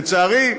לצערי,